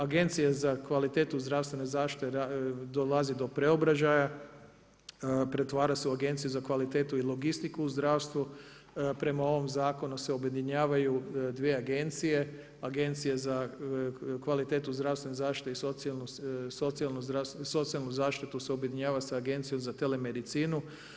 Agencija za kvalitetu zdravstvene zaštite dolazi do preobražaja, pretvara se u Agenciju za kvalitetu i logistiku u zdravstvu, prema ovom zakonu se objedinjavaju dvije agencije, Agencija za kvalitetu zdravstvene zaštite i socijalnu zaštitu se objedinjava sa Agencijom za telemedicinu.